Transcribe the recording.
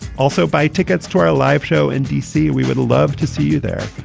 also buy tickets to our live show in d c. we would love to see you there,